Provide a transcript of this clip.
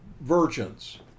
virgins